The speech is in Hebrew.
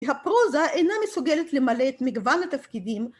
‫והפרוזה אינה מסוגלת ‫למלא את מגוון התפקידים.